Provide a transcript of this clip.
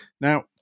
Now